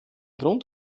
grund